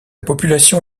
population